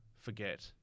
forget